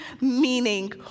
meaning